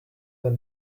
than